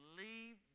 leave